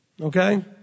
Okay